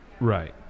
Right